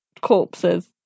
corpses